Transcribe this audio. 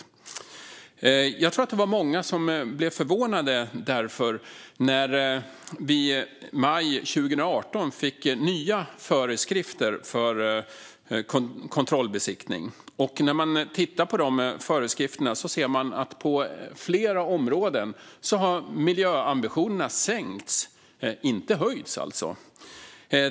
Jag tror därför att det var många som blev förvånade när vi i maj 2018 fick nya föreskrifter för kontrollbesiktning. När man tittar på de föreskrifterna ser man att miljöambitionerna har sänkts på flera områden i stället för att höjas.